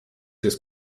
jest